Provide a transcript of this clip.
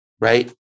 right